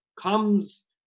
comes